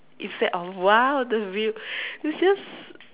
instead of !wow! the view it's just